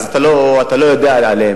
אז אתה לא יודע עליהם,